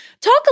talk